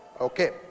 Okay